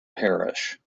parish